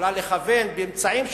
יכולה לכוון באמצעים שונים,